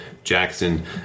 Jackson